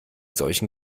solchen